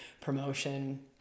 promotion